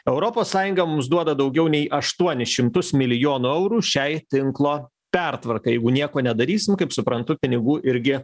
europos sąjunga mums duoda daugiau nei aštuonis šimtus milijonų eurų šiai tinklo pertvarkai jeigu nieko nedarysim kaip suprantu pinigų irgi